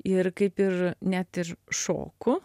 ir kaip ir net ir šoku